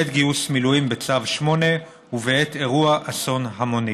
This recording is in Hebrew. בעת גיוס מילואים בצו 8 ובעת אירוע אסון המוני.